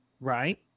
right